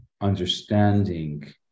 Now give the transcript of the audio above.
understanding